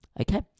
Okay